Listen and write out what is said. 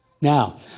Now